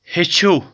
ہیٚچھِو